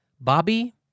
Bobby